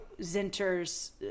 Zinter's